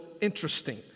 interesting